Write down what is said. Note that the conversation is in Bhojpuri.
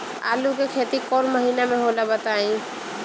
आलू के खेती कौन महीना में होला बताई?